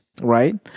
right